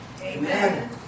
Amen